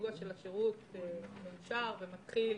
הסיוע של השירות מאושר ומתחיל